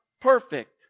perfect